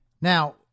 Now